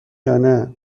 یانه